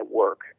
work